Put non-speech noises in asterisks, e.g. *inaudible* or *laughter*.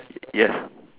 yes *breath*